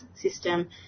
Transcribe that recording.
system